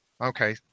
Okay